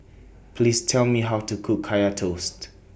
Please Tell Me How to Cook Kaya Toast